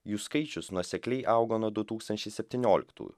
jų skaičius nuosekliai augo nuo du tūkstančiai septynioliktųjų